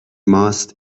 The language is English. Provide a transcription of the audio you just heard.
must